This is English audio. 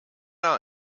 our